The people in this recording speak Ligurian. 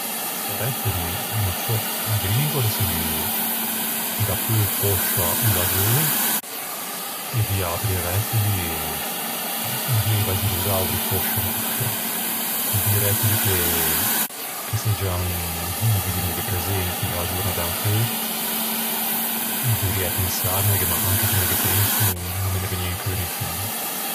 De rettili no ô sò. A grigoa de seguo. Dapeu fòscia o lagheu. E di atri rettili. Mi dieiva i dinosauri fòscia, ma di rettili che seggian vivi, dimmoghe, presente a-a giornâ d'ancheu, dorriæ pensâmeghe, ma anche se me ghe penso, no me ne vëgne in cheu nisciun.